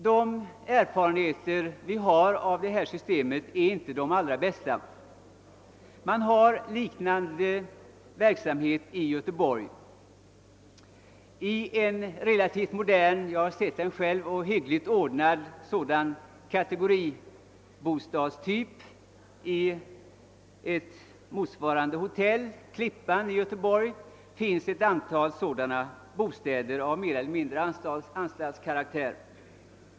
De erfarenheter vi har av detta system är inte de allra bästa. Man har nämligen en liknande verksamhet genom Skyddsvärnet i Göteborg. I hotellet Klippan i Göteborg finns också ett antal relativt moderna och hyggligt ordnade kategoribostäder som likväl mer eller mindre är av anstaltskaraktär.